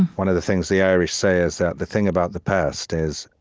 one of the things the irish say is that the thing about the past is,